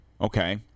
Okay